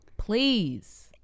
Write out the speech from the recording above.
Please